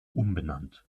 umbenannt